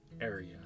area